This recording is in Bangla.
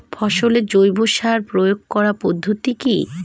ফসলে জৈব সার প্রয়োগ করার পদ্ধতি কি?